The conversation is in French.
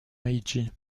meiji